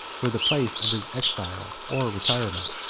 for the place of his exile or retirement.